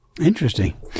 Interesting